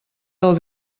del